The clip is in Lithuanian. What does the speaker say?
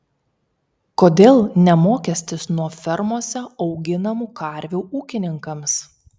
kodėl ne mokestis nuo fermose auginamų karvių ūkininkams